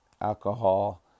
alcohol